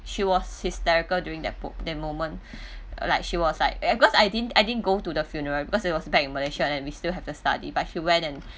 she was hysterical during that po~ that moment like she was like because I din I din go to the funeral because it was back in malaysia and then we still have to study but she went and